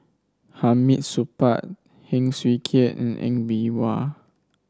Hamid Supaat Heng Swee Keat and Ng Bee Kia